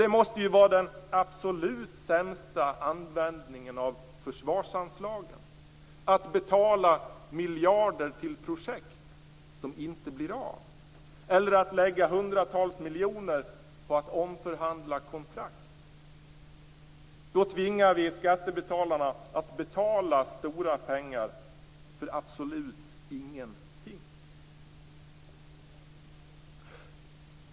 Det måste vara den absolut sämsta användningen av försvarsanslagen att betala miljarder till projekt som inte blir av eller att satsa hundratals miljoner på att omförhandla kontrakt. Då tvingar vi skattebetalarna att betala stora pengar för absolut ingenting.